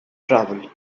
travel